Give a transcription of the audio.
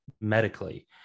medically